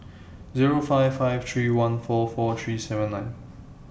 Zero five five three one four four three seven nine